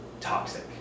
toxic